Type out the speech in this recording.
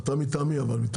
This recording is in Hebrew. אבל מטעם מי אתה?